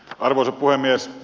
arvoisa puhemies